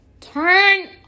turn